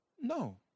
No